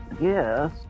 Yes